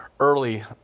early